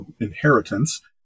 inheritance